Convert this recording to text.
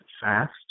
fast